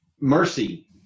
mercy